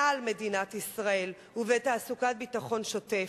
על מדינת ישראל ובתעסוקת ביטחון שוטף.